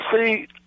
see